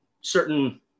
certain